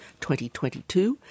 2022